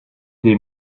des